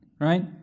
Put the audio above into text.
Right